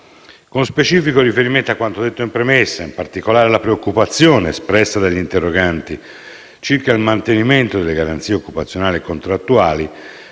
Con specifico riferimento a quanto detto in premessa, in particolare alla preoccupazione espressa dagli interroganti circa il mantenimento delle garanzie occupazionali e contrattuali